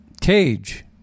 cage